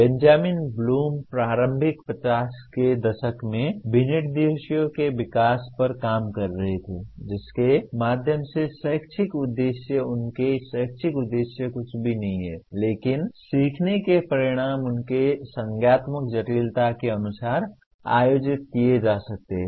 Benjamin Bloom प्रारंभिक '50 के दशक में विनिर्देशों के विकास पर काम कर रहे थे जिसके माध्यम से शैक्षिक उद्देश्य उनके शैक्षिक उद्देश्य कुछ भी नहीं हैं लेकिन सीखने के परिणाम उनके संज्ञानात्मक जटिलता के अनुसार आयोजित किए जा सकते हैं